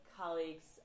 colleague's